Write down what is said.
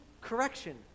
correction